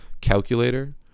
calculator